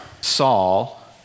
Saul